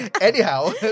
anyhow